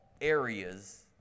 areas